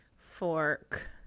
Fork